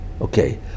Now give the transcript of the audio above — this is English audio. Okay